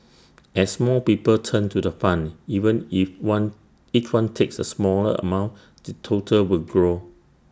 as more people turn to the fund even if one each one takes A smaller amount the total will grow